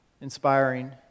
inspiring